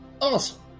awesome